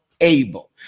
able